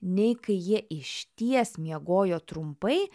nei kai jie išties miegojo trumpai